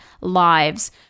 lives